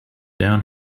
down